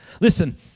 Listen